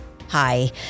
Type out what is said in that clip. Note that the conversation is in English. Hi